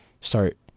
start